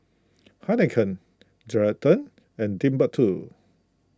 Heinekein Geraldton and Timbuk two